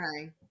Okay